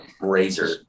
razor